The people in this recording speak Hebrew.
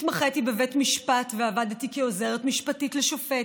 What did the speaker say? התמחיתי בבית המשפט ועבדתי כעוזרת משפטית לשופט.